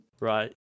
Right